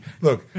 look